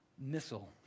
Missile